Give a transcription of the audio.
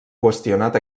qüestionat